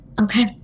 okay